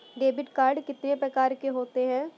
Debit card कितनी प्रकार के होते हैं?